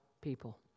people